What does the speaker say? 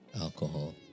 alcohol